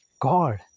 God